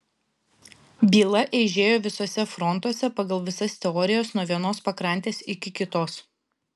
byla eižėjo visuose frontuose pagal visas teorijas nuo vienos pakrantės iki kitos